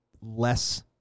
less